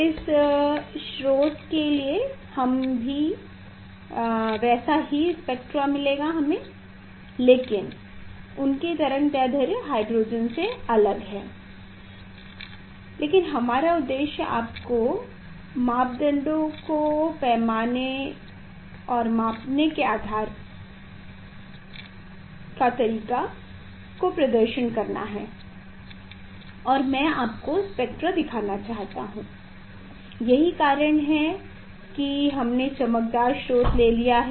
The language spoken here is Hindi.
इस स्रोत के लिए भी हमें वैसा ही स्पेक्ट्रा मिलेगा लेकिन उनकी तरंग दैर्ध्य हाइड्रोजन से अलग हैं लेकिन हमारा उद्देश्य आपको मापदंडों को मापने के तरीके का प्रदर्शन करना है और मैं आपको स्पेक्ट्रा दिखाना चाहता हूं यही कारण है कि हमने चमकदार स्रोत ले लिया है